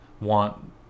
want